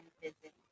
visit